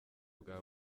bwa